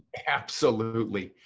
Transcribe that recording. absolutely.